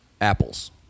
apples